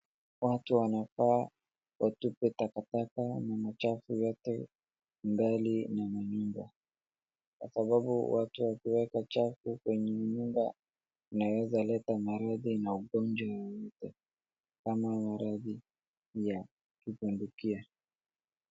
Watu wanafaa watupe takataka na machafu yote mbali na manyumba. Kwa sababu watu wakiweka uchafu kwenye nyumba inaeza leta maradhi ugonjwa yoyote, kama maradhi ya kupindukia.